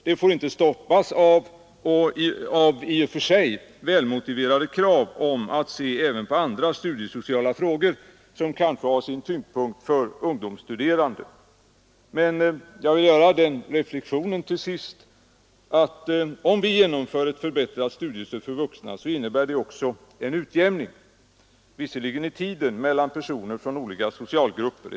Det får inte stoppas av i och för sig välmotiverade krav på att se även på andra studiesociala frågor som kanske har sin tyngdpunkt för ungdomsstuderande. Jag vill till slut bara göra den reflexionen att om vi genomför ett förbättrat studiestöd för vuxna så innebär det också en utjämning — visserligen i tiden — mellan personer från olika socialgrupper.